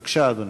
בבקשה, אדוני.